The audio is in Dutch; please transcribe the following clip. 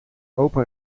opa